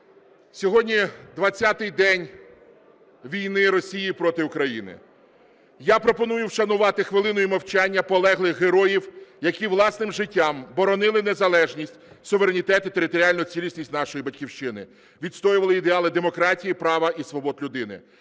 сьогодні 20-й день війни Росії проти України. Я пропоную вшанувати хвилиною мовчання полеглих героїв, які власним життям боронили незалежність, суверенітет і територіальну цілісність нашої Батьківщини, відстоювали ідеали демократії, права і свобод людини,